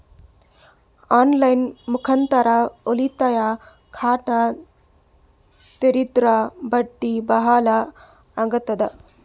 On line ಮುಖಾಂತರ ಉಳಿತಾಯ ಖಾತ ತೇರಿದ್ರ ಬಡ್ಡಿ ಬಹಳ ಅಗತದ?